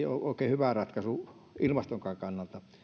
ole oikein hyvä ratkaisu ilmastonkaan kannalta